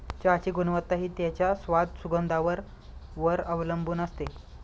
चहाची गुणवत्ता हि त्याच्या स्वाद, सुगंधावर वर अवलंबुन असते